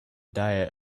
diet